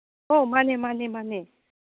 ꯑꯣ ꯃꯥꯅꯦ ꯃꯥꯅꯦ ꯃꯥꯅꯦ